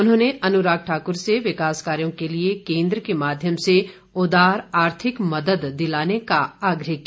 उन्होंने अनुराग ठाकुर से विकास कायाँ के लिए केन्द्र के माध्यम से उदार आर्थिक मदद दिलाने का आग्रह किया